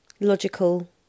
logical